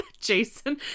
Jason